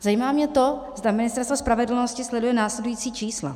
Zajímá mě to, zda Ministerstvo spravedlnosti sleduje následující čísla.